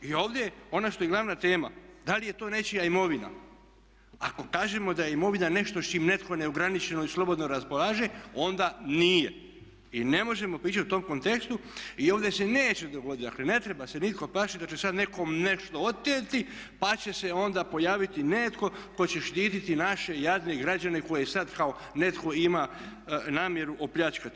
I ovdje je, ono što je glavna tema da li je to nečija imovina, ako kažemo da je imovina nešto s čim netko ne ograničeno i slobodno raspolaže onda nije i ne možemo pričati u tom kontekstu i ovdje se neće dogoditi, dakle ne treba se nikako plašiti da će sad nekom nešto oteti pa će se onda pojaviti netko tko će štiti naše jadne građane koje sad netko ima namjeru opljačkati.